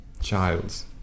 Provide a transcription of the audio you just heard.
child's